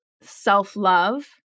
self-love